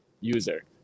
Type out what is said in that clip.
user